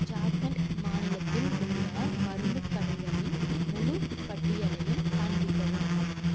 ஜார்க்கண்ட் மாநிலத்தில் உள்ள மருந்து கடைகளின் முழுப் பட்டியலையும் காண்பிக்கவும்